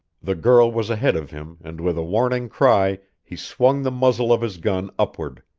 the girl was ahead of him and with a warning cry he swung the muzzle of his gun upward.